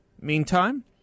Meantime